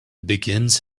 begins